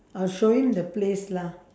I'll show him the place lah